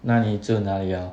那你住那样 ah